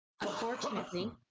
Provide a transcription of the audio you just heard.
unfortunately